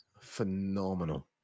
phenomenal